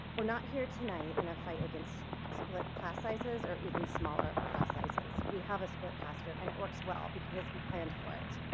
we're not here tonight in a fight against split class sizes or even smaller class sizes. we have a split classroom and it works well because we planned for it.